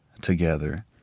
together